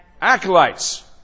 Acolytes